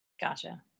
Gotcha